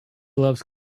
loves